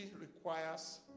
requires